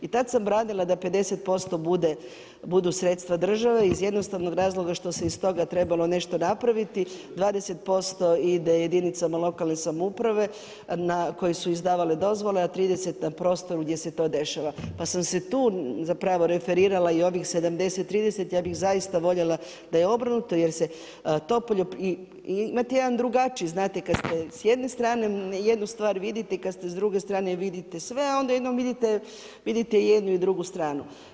I tad sam branila da 50% budu sredstva države iz jednostavnog razloga što se iz toga trebalo nešto napraviti, 20% ide jedinicama lokalne samouprave na koju su izdavale dozvole, a 30 na prostoru gdje se to dešava pa sam se tu zapravo referirala i ovih 70-30, ja bih zaista voljela da je obrnuto jer se to, imate jedan drugačiji, znate kad ste s jedne strane, jednu stvar vidite i kad ste s druge strane vidite sve, onda jednom vidite jednu i drugu stranu.